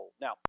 Now